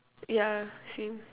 yeah same